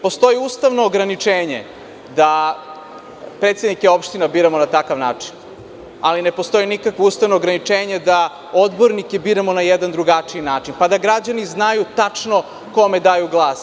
Postoji ustavno ograničenje da predsednike opština biramo na takav način, ali ne postoji nikakvo ustavno ograničenje da odbornike biramo na jedan drugačiji način, pa da građani znaju tačno kome daju glas.